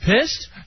pissed